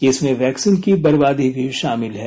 इसमें वैक्सीन की बर्बादी भी शामिल है